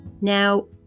Now